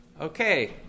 Okay